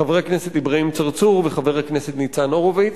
חבר הכנסת אברהים צרצור וחבר הכנסת ניצן הורוביץ.